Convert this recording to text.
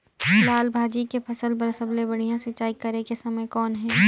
लाल भाजी के फसल बर सबले बढ़िया सिंचाई करे के समय कौन हे?